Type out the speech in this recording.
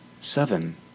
Seven